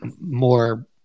more